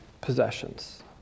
possessions